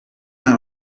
naar